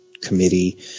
committee